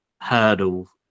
hurdle